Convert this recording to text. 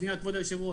שנייה, כבוד היושב-ראש.